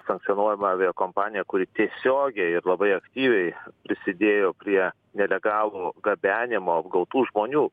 sankcionuojama aviakompanija kuri tiesiogiai ir labai aktyviai prisidėjo prie nelegalų gabenimo apgautų žmonių